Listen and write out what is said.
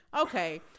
Okay